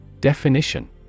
Definition